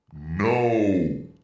No